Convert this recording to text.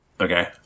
Okay